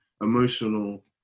emotional